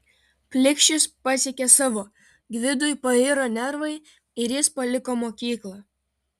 plikšis pasiekė savo gvidui pairo nervai ir jis paliko mokyklą